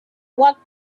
walked